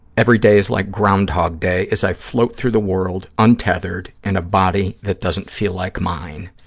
every day is like groundhog day as i float through the world untethered, in a body that doesn't feel like mine.